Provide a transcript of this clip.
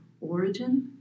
origin